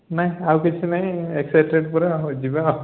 ନାଇଁ ଆଉ କିଛି ନାହିଁ ଏକ୍ସାଇଟେଡ଼୍ ପୁରା ଯିବା ଆଉ